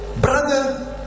brother